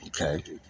Okay